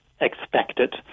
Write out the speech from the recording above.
expected